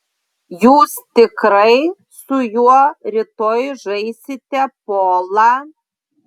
jūs tikrai su juo rytoj žaisite polą